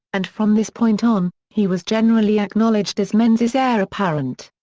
and from this point on, he was generally acknowledged as menzies' heir apparent.